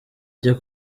cyo